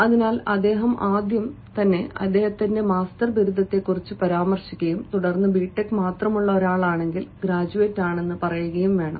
അതിനാൽ അദ്ദേഹം ആദ്യം മാസ്റ്ററാണെന്ന് പരാമർശിക്കുകയും തുടർന്ന് ബി ടെക് മാത്രമുള്ള ഒരാൾ ഗ്രാജുവേയ്ത് ആണെന്നും പറയണം